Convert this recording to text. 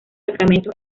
sacramentos